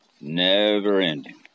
never-ending